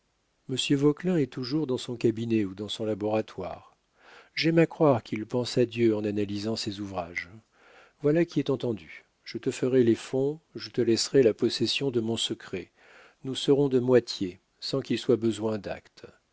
vauquelin est toujours dans son cabinet ou dans son laboratoire j'aime à croire qu'il pense à dieu en analysant ses ouvrages voilà qui est entendu je te ferai les fonds je te laisserai la possession de mon secret nous serons de moitié sans qu'il soit besoin d'acte